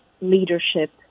leadership